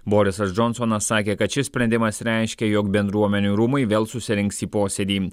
borisas džonsonas sakė kad šis sprendimas reiškia jog bendruomenių rūmai vėl susirinks į posėdį